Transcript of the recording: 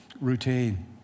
Routine